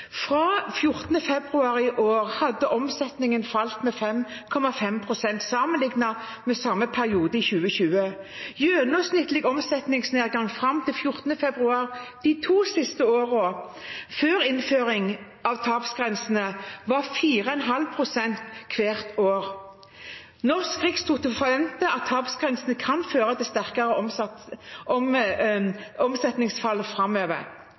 fra juni i fjor. Fra 14. februar i år hadde omsetningen falt med 5,5 pst. sammenlignet med samme periode i 2020. Gjennomsnittlig omsetningsnedgang fram til 14. februar de to siste årene før innføring av tapsgrensene var 4,5 pst. per år. Norsk Rikstoto forventer at tapsgrensene kan føre til et sterkere